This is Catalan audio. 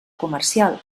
comercial